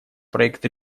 проект